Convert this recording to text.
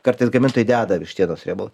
kartais gamintojai deda vištienos riebalus